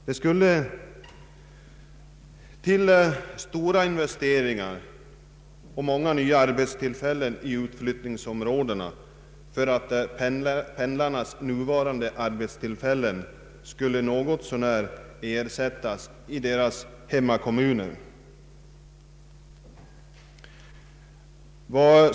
Det måste till stora investeringar och många nya arbetstillfällen i utflyttningsområdena för att pendlarnas gamla arbetstillfällen i hemkommunerna skulle något så när kunna ersättas.